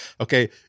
okay